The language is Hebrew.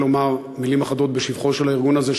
לומר מילים אחדות בשבחו של הארגון הזה,